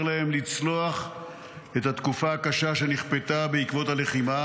להם לצלוח את התקופה הקשה שנכפתה בעקבות הלחימה,